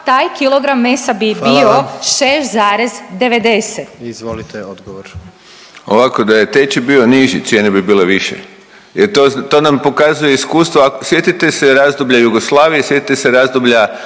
odgovor. **Vujčić, Boris** Ovako da je tečaj bio niži cijene bi bile više jer to nam pokazuje iskustvo. Sjetite se razdoblja Jugoslavije, sjetite se razdoblja